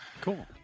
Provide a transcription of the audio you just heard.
cool